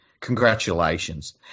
Congratulations